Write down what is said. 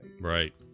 right